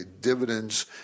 dividends